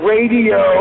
Radio